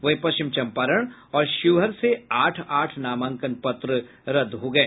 वहीं पश्चिम चम्पारण और शिवहर से आठ आठ नामांकन पत्र रद्द हो गये